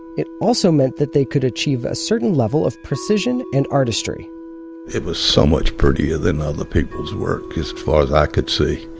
it also meant that they could achieve a certain level of precision and artistry it was so much prettier than other people's work as far as i could see.